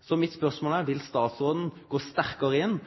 Så mitt spørsmål er: Vil statsråden gå sterkare inn